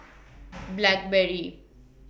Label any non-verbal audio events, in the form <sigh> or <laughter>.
<noise> Blackberry